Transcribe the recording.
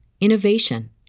innovation